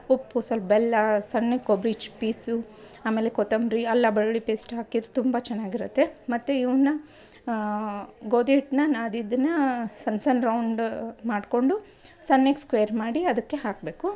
ಉಪ್ಪು ಸ್ವಲ್ಪ್ ಬೆಲ್ಲ ಸಣ್ಣಗೆ ಕೊಬ್ರಿ ಪೀಸು ಆಮೇಲೆ ಕೊತ್ತಂಬರಿ ಅಲ್ಲ ಬೆಳ್ಳುಳ್ಳಿ ಪೇಸ್ಟ್ ಹಾಕಿದ್ರ್ ತುಂಬ ಚೆನ್ನಾಗಿರತ್ತೆ ಮತ್ತು ಇವನ್ನ ಗೋಧಿ ಹಿಟ್ಟನ್ನ ನಾದಿದ್ದನ್ನಾ ಸಣ್ಣ ಸಣ್ಣ ರೌಂಡ್ ಮಾಡಿಕೊಂಡು ಸಣ್ಣಗ್ ಸ್ಕ್ವೇರ್ ಮಾಡಿ ಅದಕ್ಕೆ ಹಾಕಬೇಕು